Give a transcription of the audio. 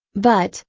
but,